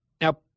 Now